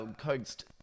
coaxed